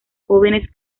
jóvenes